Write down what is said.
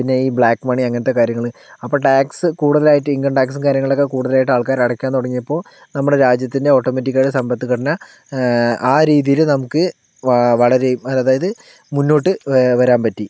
പിന്നെ ഈ black money അങ്ങനത്തെ കാര്യങ്ങള് അപ്പ ടാക്സ് കൂടുതലായിട്ടും ഇൻകം ടാക്സും കാര്യങ്ങളൊക്കെ കൂടുതലായിട്ട് ആൾക്കാര് അടക്കാൻ തൊടങ്ങിയപ്പോ നമ്മടെ രാജ്യത്തിൻ്റെ ഓട്ടോമാറ്റിക്കായിട്ട് സമ്പത്ത് ഘടന ആ രീതിയില് നമുക്ക് വളരെ അതായത് മുന്നോട്ട് വരാൻ പറ്റി